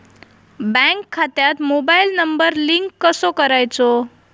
Bank खात्यात mobile number link कसो करायचो?